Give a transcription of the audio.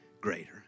greater